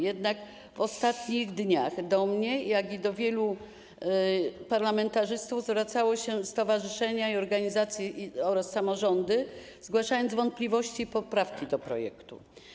Jednak w ostatnich dniach do mnie i do wielu parlamentarzystów zwracały się stowarzyszenia i organizacje oraz samorządy, aby zgłosić wątpliwości i poprawki do projektu.